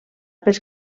pels